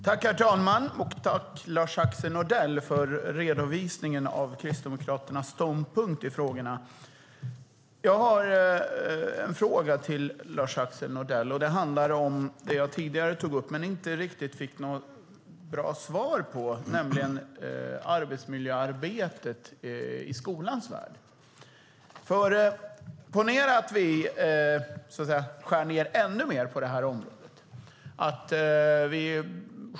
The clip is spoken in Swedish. Herr talman! Tack, Lars-Axel Nordell, för redovisningen av Kristdemokraternas ståndpunkt i frågorna. Jag har en fråga till Lars-Axel Nordell. Den handlar om vad jag tidigare tog upp men där jag inte fick något riktigt bra svar, nämligen arbetsmiljöarbetet i skolans värld. Ponera att vi skär ned ännu mer på området.